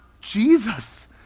Jesus